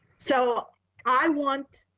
so i want,